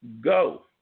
go